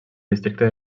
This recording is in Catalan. districte